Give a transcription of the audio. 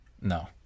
No